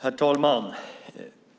Herr talman!